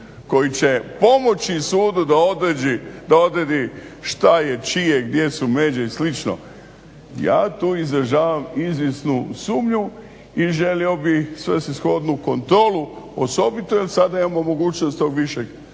koji će pomoći sudu da odredi šta je čije i gdje su međe i slično, ja tu izražavam izvjesnu sumnju i želio bih svrsishodnu kontrolu osobito jel sada imamo mogućnost tog višeg